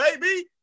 baby